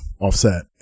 offset